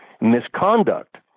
misconduct